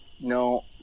No